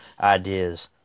ideas